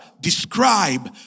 describe